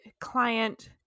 client